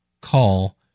call